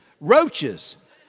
Roaches